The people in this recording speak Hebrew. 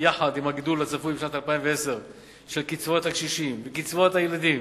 יחד עם הגידול הצפוי בשנת 2010 של קצבאות הקשישים וקצבאות הילדים,